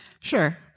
Sure